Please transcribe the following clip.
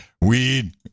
Weed